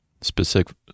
specific